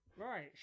Right